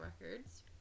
records